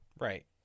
Right